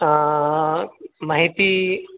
हा माहिती